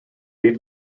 lead